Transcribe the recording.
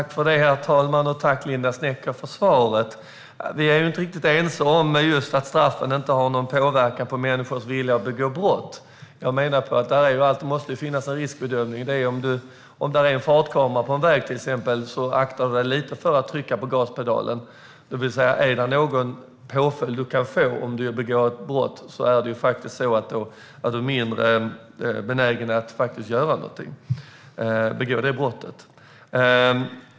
Herr talman! Jag tackar Linda Snecker för svaret. Vi är inte riktigt ense om huruvida straffen har någon påverkan på människors vilja att begå brott. Jag menar att det alltid måste finnas en riskbedömning. Om det till exempel finns en fartkamera på vägen aktar man sig lite för att trycka på gaspedalen. Om det finns en påföljd för den som begår ett brott är man mindre benägen att begå detta brott.